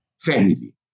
family